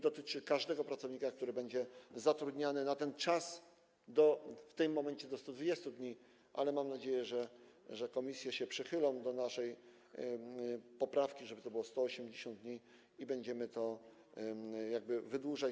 Dotyczy to każdego pracownika, który będzie zatrudniany na ten czas - w tym momencie do 120 dni, ale mam nadzieję, że komisje się przychylą do naszej poprawki, żeby to było 180 dni, i będziemy to wydłużać.